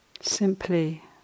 simply